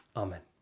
amen.